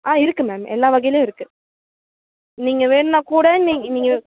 ஆ இருக்குது மேம் எல்லாம் வகையிலியும் இருக்குது நீங்கள் வேணும்னா கூட நீங்க நீங்கள்